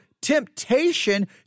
temptation